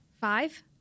five